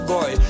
Boy